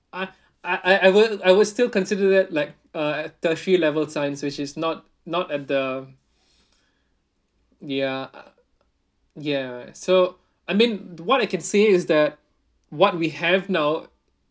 I I I w~ I would still consider it like uh tertiary level science which is not not at the ya ya so I mean what I can say is that what we have now